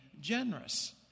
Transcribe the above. generous